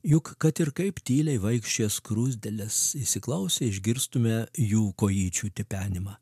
juk kad ir kaip tyliai vaikščioja skruzdėlės įsiklausę išgirstume jų kojyčių tipenimą